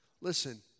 Listen